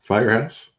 Firehouse